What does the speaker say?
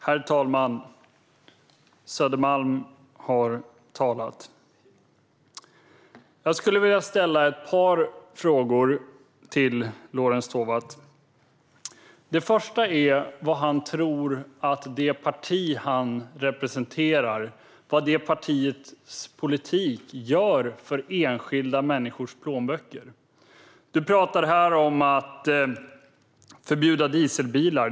Herr talman! Södermalm har talat! Jag skulle vilja ställa ett par frågor till Lorentz Tovatt. Den första är vad han tror att politiken från det parti han representerar gör för enskilda människors plånböcker. Lorentz Tovatt pratar här om att förbjuda dieselbilar.